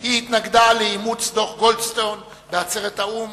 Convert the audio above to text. היא התנגדה לאימוץ דוח גולדסטון בעצרת האו"ם